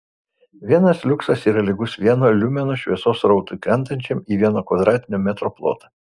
vienas liuksas yra lygus vieno liumeno šviesos srautui krentančiam į vieno kvadratinio metro plotą